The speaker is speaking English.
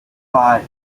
five